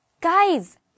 Guys